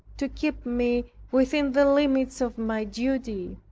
to keep me within the limits of my duty.